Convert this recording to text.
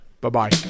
Bye-bye